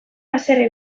haserre